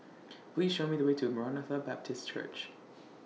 Please Show Me The Way to Maranatha Baptist Church